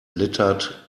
littered